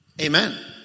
amen